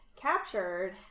captured